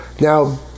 Now